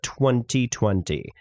2020